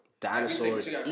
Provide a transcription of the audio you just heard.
Dinosaurs